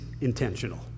intentional